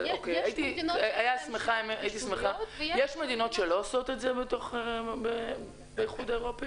הייתי שמחה יש מדינות שלא עושות את זה באיחוד האירופי,